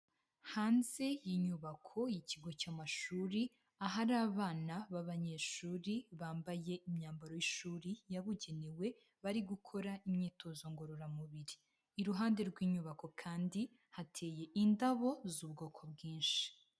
Hanze y'inyubako y'ikigo cy'amashuri, ahari abana b'abanyeshuri bambaye imyambaro y'ishuri yabugenewe bari gukora imyitozo ngororamubiri, iruhande rw'inyubako kandi hateye indabo z'ubwoko bwinshi.